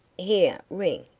here, ring,